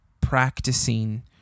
practicing